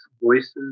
voices